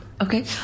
Okay